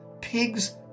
Pigs